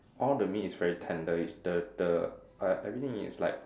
all the meat is very tender is the the uh everything is like